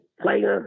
playing